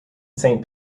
saint